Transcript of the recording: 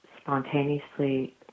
spontaneously